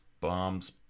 bombs